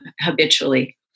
habitually